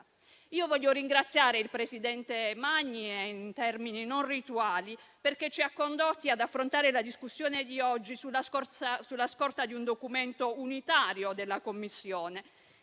Io voglio ringraziare il presidente Magni in termini non rituali, perché ci ha condotti ad affrontare la discussione di oggi sulla scorta di un documento unitario della Commissione